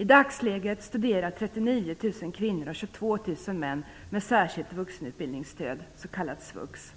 I dagsläget studerar 39 000 kvinnor och 22 000 män med särskilt vuxenutbildningsstöd, s.k. svux.